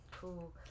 Cool